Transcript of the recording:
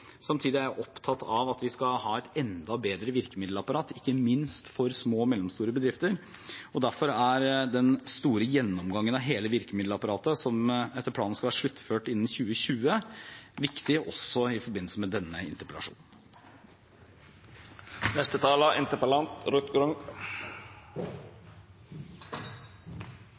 Samtidig er jeg opptatt av at vi skal ha et enda bedre virkemiddelapparat, ikke minst for små og mellomstore bedrifter. Derfor er den store gjennomgangen av hele virkemiddelapparatet, som etter planen skal være sluttført innen 2020, viktig, også i forbindelse med denne